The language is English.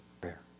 prayer